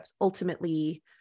ultimately